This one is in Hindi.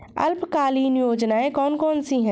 अल्पकालीन योजनाएं कौन कौन सी हैं?